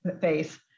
face